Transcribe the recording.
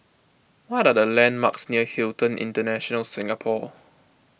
what are the landmarks near Hilton International Singapore